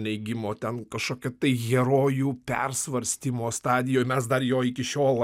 neigimo ten kažkokių tai herojų persvarstymo stadijoj mes dar joj iki šiol